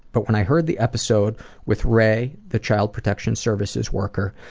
but when i heard the episode with ray, the child protection services worker,